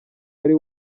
wari